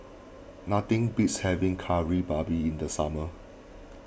nothing beats having Kari Babi in the summer